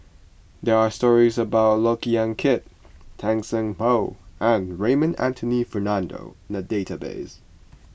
there are stories about Look Yan Kit Tan Seng Poh and Raymond Anthony Fernando in the database